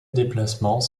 déplacements